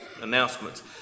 announcements